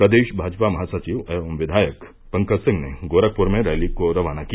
प्रदेश भाजपा महासचिव एवं विधायक पंकज सिंह ने गोरखपुर में रैली को रवाना किया